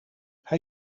hij